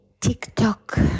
TikTok